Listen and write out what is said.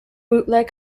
bootleg